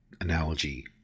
analogy